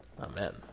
Amen